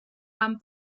amb